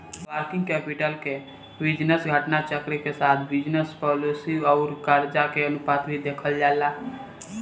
working capital में business घटना चक्र के साथ बिजनस पॉलिसी आउर करजा के अनुपात भी देखल जाला